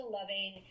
loving